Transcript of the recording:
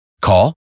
Call